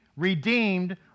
redeemed